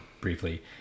briefly